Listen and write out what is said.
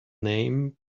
name